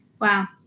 Wow